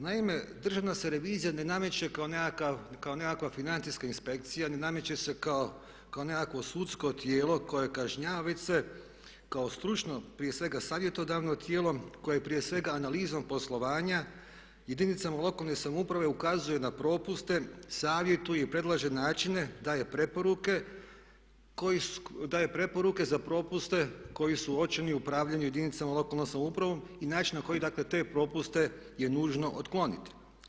Naime, Državna se revizija ne nameće kao nekakva financijska inspekcija, ne nameće se kao nekakvo sudsko tijelo koje kažnjava, već se kao stručno prije svega savjetodavno tijelo koje prije svega analizom poslovanja jedinicama lokalne samouprave ukazuje na propuste, savjetuje i predlaže načine, daje preporuke za propuste koji su uočeni u upravljanju jedinicama lokalne samouprave i način na koji dakle te propuste je nužno otkloniti.